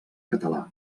català